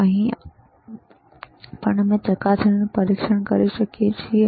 અહીં પણ અમે ચકાસણીનું પરીક્ષણ કરી શકીએ છીએ